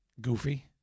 goofy